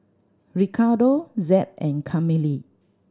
Ricardo Jep and Camille